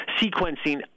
sequencing